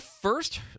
first